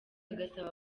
agasaba